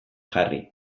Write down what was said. jarri